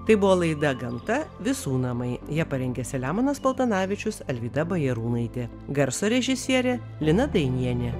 tai buvo laida gamta visų namai ją parengė selemonas paltanavičius alvyda bajarūnaitė garso režisierė lina dainienė